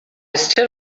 still